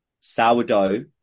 sourdough